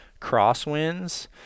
crosswinds